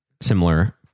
similar